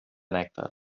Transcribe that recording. nèctar